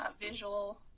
visual